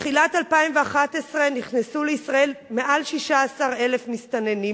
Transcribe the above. מתחילת 2011 נכנסו לישראל מעל 16,000 מסתננים.